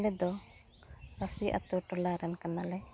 ᱟᱞᱮᱫᱚ ᱨᱟᱹᱥᱤ ᱟᱹᱛᱩ ᱴᱚᱞᱟᱨᱮᱱ ᱠᱟᱱᱟᱞᱮ